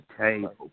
table